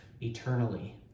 eternally